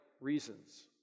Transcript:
reasons